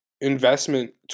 investment